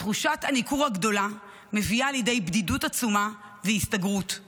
תחושת הניכור הגדולה מביאה לידי בדידות עצומה והסתגרות,